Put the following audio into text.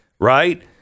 Right